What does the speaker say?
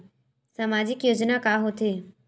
सामाजिक योजना का होथे?